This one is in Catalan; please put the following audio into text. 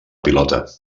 pilota